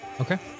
Okay